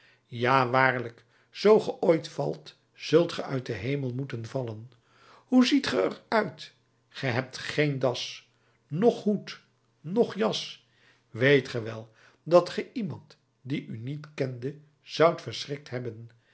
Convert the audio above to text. ja waarlijk zoo ge ooit valt zult ge uit den hemel moeten vallen hoe ziet ge er uit ge hebt geen das noch hoed noch jas weet ge wel dat ge iemand die u niet kende zoudt verschrikt hebben